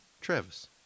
Travis